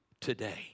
today